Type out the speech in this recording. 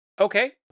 Okay